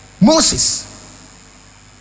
Moses